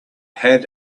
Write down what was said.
had